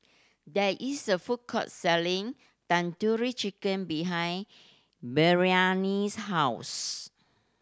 there is a food court selling Tandoori Chicken behind Maryellen's house